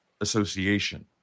association